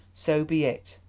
so be it.